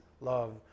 love